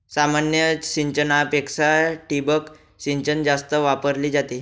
सामान्य सिंचनापेक्षा ठिबक सिंचन जास्त वापरली जाते